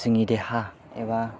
जोंनि देहा एबा